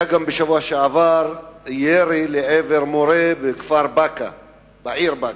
בשבוע שעבר היה גם ירי לעבר מורה בעיר באקה.